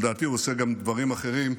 ולדעתי הוא עושה גם דברים אחרים,